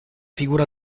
figura